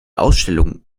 ausstellung